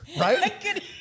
Right